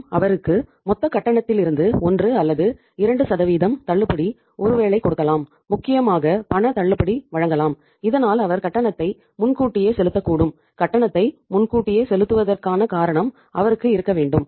நாம் அவருக்கு மொத்த கட்டணத்திலிருந்து 1 அல்லது 2 தள்ளுபடி ஒருவேளை கொடுக்கலாம் முக்கியமாக பண தள்ளுபடி வழங்கலாம் இதனால் அவர் கட்டணத்தை முன்கூட்டியே செலுத்தக் கூடும் கட்டணத்தை முன்கூட்டியே செலுத்துவதற்கான காரணம் அவருக்கு இருக்க வேண்டும்